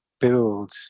build